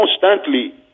constantly